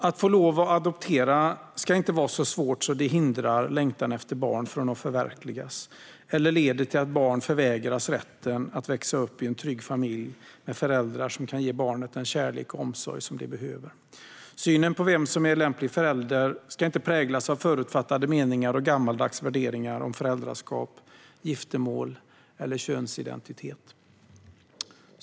Att få lov att adoptera ska inte vara så svårt att det hindrar längtan efter barn från att förverkligas eller leder till att barn förvägras rätten att växa upp i en trygg familj med föräldrar som kan ge barnet den kärlek och omsorg det behöver. Synen på vem som är lämplig förälder ska inte präglas av förutfattade meningar och gammaldags värderingar om föräldraskap, giftermål eller könsidentitet.